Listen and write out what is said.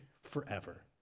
forever